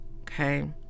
okay